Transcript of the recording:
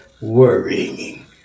worrying